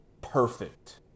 perfect